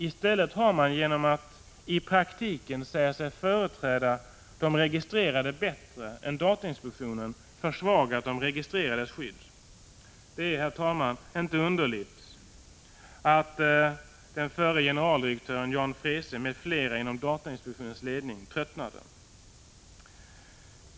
I stället har man genom att i praktiken säga sig företräda de registrerade bättre än datainspektionen försvagat de registrerades skydd. Regeringens handlägg Det är inte underligt att den förre generaldirektören Jan Freese m.fl. inom = ning av datafrågor datainspektionens ledning tröttnade.